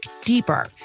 deeper